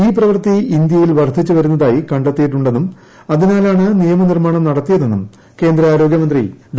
ഈ പ്രവൃത്തി ഇന്ത്യയിൽ വർദ്ധിച്ചു വരുന്നതായി കണ്ടെത്തിയിട്ടുണ്ടെന്നും അതിനാലാണ് നിയമനിർമ്മാണം നടത്തിയതെന്നും കേന്ദ്ര ആരോഗ്യമന്ത്രി ഡോ